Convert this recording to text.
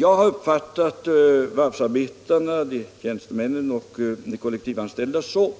Jag har uppfattat varvsarbetarna — tjänstemännen och de kollektivanställda — så